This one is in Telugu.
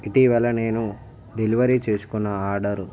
ఇటీవల నేను డెలివరీ చేసుకున్న ఆర్డర్